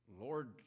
Lord